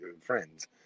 friends